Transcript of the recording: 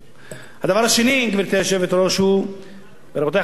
הדבר השני, גברתי היושבת-ראש, רבותי חברי הכנסת,